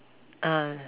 um